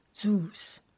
Zeus